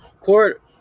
Court